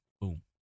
boom